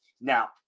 Now